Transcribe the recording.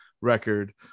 record